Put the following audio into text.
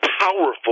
Powerful